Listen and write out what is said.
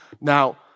Now